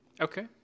Okay